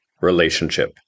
relationship